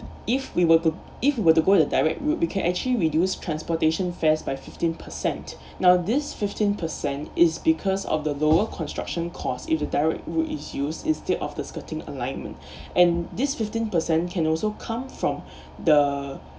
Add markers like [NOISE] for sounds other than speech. if we were to if we were to go the direct route we can actually reduce transportation fares by fifteen percent now this fifteen percent is because of the lower construction costs if the direct route is used instead of the skirting alignment [BREATH] and this fifteen percent can also come from the